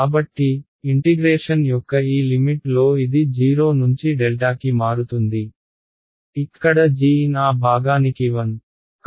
కాబట్టి ఇంటిగ్రేషన్ యొక్క ఈ లిమిట్ లో ఇది 0 నుంచి ∆ కి మారుతుంది ఇక్కడ gn ఆ భాగానికి 1